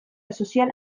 sozial